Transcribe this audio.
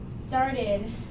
started